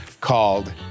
called